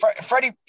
Freddie